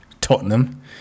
Tottenham